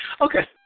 Okay